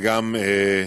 וגם לתפוצות.